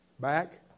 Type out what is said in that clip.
Back